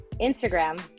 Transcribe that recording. Instagram